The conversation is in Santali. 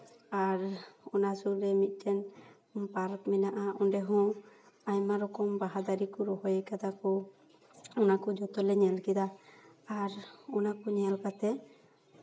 ᱟᱨ ᱚᱱᱟ ᱥᱩᱨ ᱨᱮ ᱢᱤᱫᱴᱮᱱ ᱯᱟᱨᱠ ᱢᱮᱱᱟᱜᱼᱟ ᱚᱸᱰᱮ ᱦᱚᱸ ᱟᱭᱢᱟ ᱨᱚᱠᱚᱢ ᱵᱟᱦᱟ ᱫᱟᱨᱮ ᱠᱚ ᱨᱚᱦᱚᱭ ᱠᱟᱫᱟ ᱠᱚ ᱚᱱᱟ ᱠᱚ ᱡᱷᱚᱛᱚ ᱞᱮ ᱧᱮᱞ ᱠᱮᱫᱟ ᱟᱨ ᱚᱱᱟ ᱠᱚ ᱧᱮᱞ ᱠᱟᱛᱮ